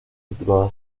titulada